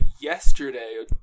Yesterday